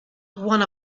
one